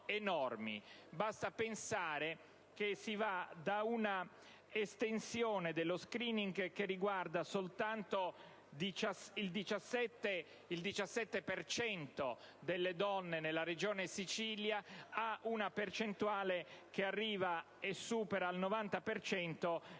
Basti pensare che si va da una estensione dello *screening* che riguarda soltanto il 17 per cento delle donne nella Regione Siciliana a una percentuale che arriva e supera il 90 per cento